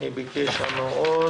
אדבר בקצרה.